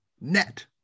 net